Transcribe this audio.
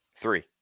three